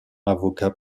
avocat